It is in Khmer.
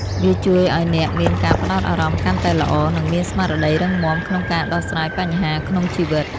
វាជួយឱ្យអ្នកមានការផ្ដោតអារម្មណ៍កាន់តែល្អ និងមានស្មារតីរឹងមាំក្នុងការដោះស្រាយបញ្ហាក្នុងជីវិត។